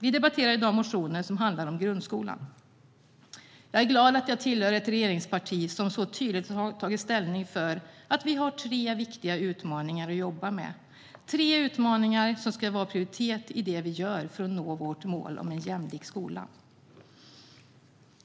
Vi debatterar i dag motioner som handlar om grundskolan. Jag är glad att tillhöra ett regeringsparti som så tydligt har tagit ställning för att vi har tre viktiga utmaningar att jobba med. Det är tre utmaningar som ska ha prioritet i allt vi gör för att nå målet om en jämlik skola.